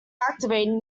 activating